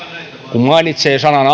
kun mainitsee sanan